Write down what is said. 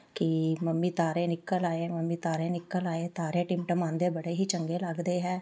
ਕਿ ਮੰਮੀ ਤਾਰੇ ਨਿਕਲ ਆਏ ਮੰਮੀ ਤਾਰੇ ਨਿਕਲ ਆਏ ਤਾਰੇ ਟਿਮਟਮਾਂਦੇ ਬੜੇ ਹੀ ਚੰਗੇ ਲੱਗਦੇ ਹੈ